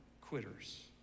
quitters